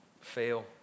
fail